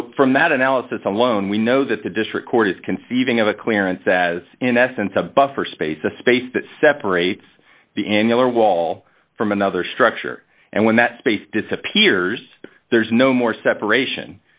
so from that analysis alone we know that the district court is conceiving of a clearance as in essence a buffer space a space that separates the annular wall from another structure and when that space disappears there's no more separation